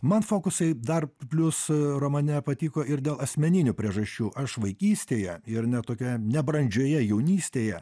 man fokusai dar plius romane patiko ir dėl asmeninių priežasčių aš vaikystėje ir net tokioje nebrandžioje jaunystėje